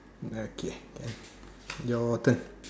okay can your turn